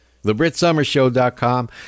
thebritsummershow.com